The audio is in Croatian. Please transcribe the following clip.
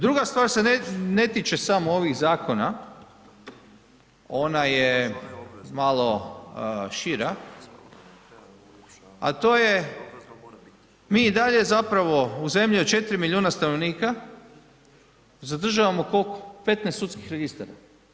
Druga stvar se ne tiče samo ovih zakona, ona je malo šira, a to je, mi i dalje zapravo u zemlji od 4 milijuna stanovnika, zadržavamo koliko, 15 sudskih registara.